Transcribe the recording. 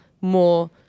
more